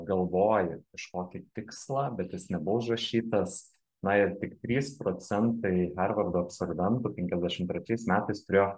galvoj kažkokį tikslą bet jis nebuvo užrašytas na ir tik trys procentai harvardo absolventų penkiasdešim trečiais metais turėjo